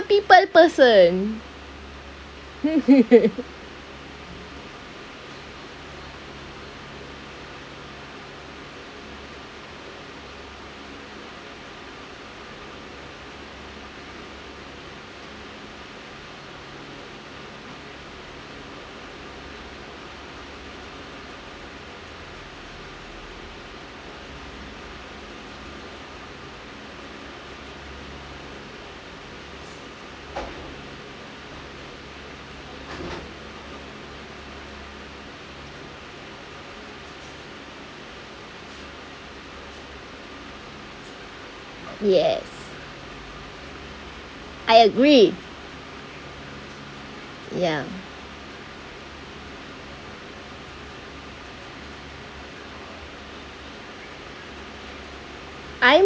people person yes I agree ya I